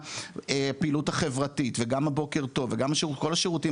הפעילות החברתית וגם הבוקר טוב וגם כל השירותים